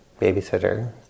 babysitter